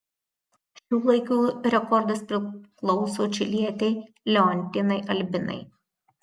šių laikų rekordas priklauso čilietei leontinai albinai